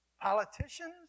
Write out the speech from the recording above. politicians